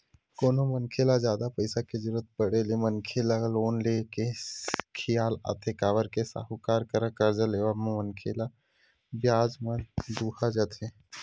कोनो मनखे ल जादा पइसा के जरुरत पड़े ले मनखे ल लोन ले के खियाल आथे काबर के साहूकार करा करजा लेवब म मनखे ह बियाज म दूहा जथे